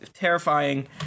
terrifying